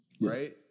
Right